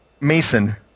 Mason